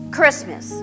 Christmas